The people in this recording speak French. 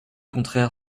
contraire